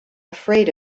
afraid